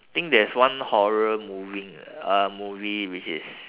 think there's one horror moving uh uh movie which is